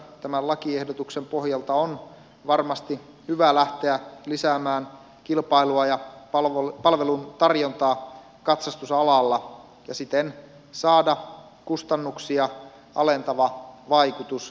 tämän lakiehdotuksen pohjalta on varmasti hyvä lähteä lisäämään kilpailua ja palveluntarjontaa katsastusalalla ja siten saada kustannuksia alentava vaikutus aikaan